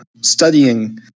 studying